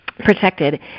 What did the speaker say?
protected